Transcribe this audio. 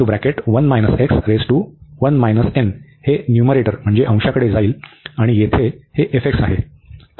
तर हे न्यूमरेटर म्हणजे अंशांकडे जाईल आणि येथे हे f आहे